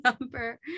number